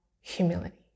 humility